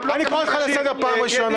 אני קורא אתכם לסדר פעם ראשונה.